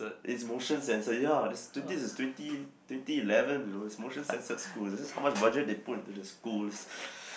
it's motion sensor ya there's twenty there's twenty twenty eleven you know it's motion censored school that's how much budget they put into the school's